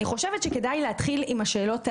אני חושבת שכדאי להתחיל עם השאלות האלה.